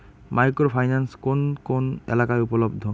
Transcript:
Micro finance কোন কোন এলাকায় উপলব্ধ?